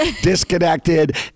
disconnected